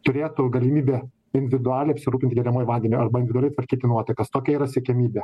turėtų galimybę individualiai apsirūpinti geriamuoju vandeniu arba individualiai tvarkyti nuotekas tokia yra siekiamybė